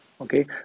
Okay